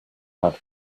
had